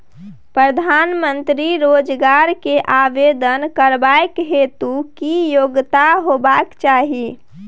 प्रधानमंत्री रोजगार के आवेदन करबैक हेतु की योग्यता होबाक चाही?